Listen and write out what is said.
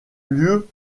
lieu